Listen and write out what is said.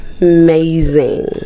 amazing